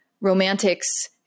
romantics